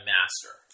Master